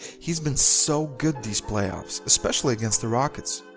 he's been so good these playoffs, especially against the rockets.